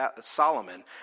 Solomon